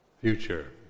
future